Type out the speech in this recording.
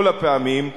כל הפעמים,